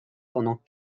pendant